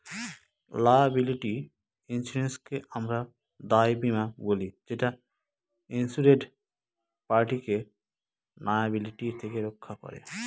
liability ইন্সুরেন্সকে আমরা দায় বীমা বলি যেটা ইন্সুরেড পার্টিকে লায়াবিলিটি থেকে রক্ষা করে